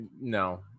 No